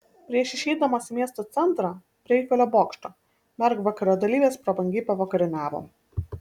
prieš išeidamos į miesto centrą prie eifelio bokšto mergvakario dalyvės prabangiai pavakarieniavo